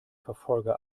verfolger